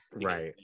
Right